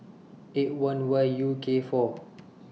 eight one Y U K four